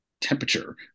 temperature